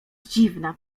dziwna